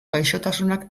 gaixotasunak